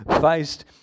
faced